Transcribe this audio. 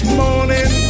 morning